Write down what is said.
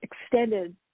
extended